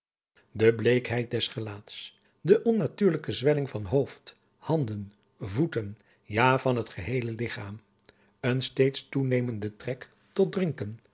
de bleekheid des gelaats de onnatuurlijke zwelling van hoofd handen voeten ja van het geheele ligchaam een steeds toenemende trek tot drinken